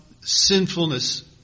sinfulness